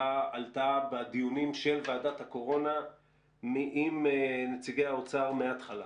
עלתה בדיונים של ועדת הקורונה עם נציגי האוצר מהתחלה.